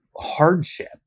hardship